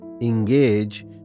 engage